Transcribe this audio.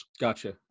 Gotcha